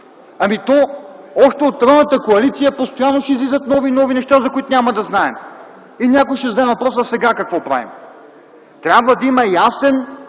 то още от тройната коалиция постоянно ще излизат нови и нови неща, за които няма да знаем. Някой ще зададе въпроса: а сега какво правим? Трябва да има ясен